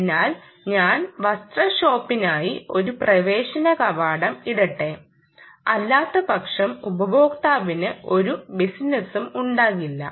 അതിനാൽ ഞാൻ വസ്ത്ര ഷോപ്പിനായി ഒരു പ്രവേശന കവാടം ഇടട്ടെ അല്ലാത്തപക്ഷം ഉപയോക്താവിന് ഒരു ബിസിനസ്സും ഉണ്ടാകില്ല